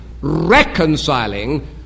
reconciling